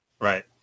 right